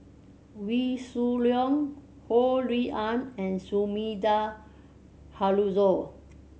Wee Shoo Leong Ho Rui An and Sumida Haruzo